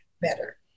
better